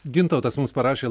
gintautas mums parašė